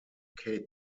kate